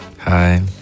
Hi